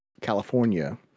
California